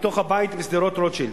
מתוך הבית בשדרות-רוטשילד,